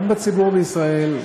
גם בציבור בישראל,